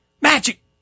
Magic